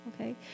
Okay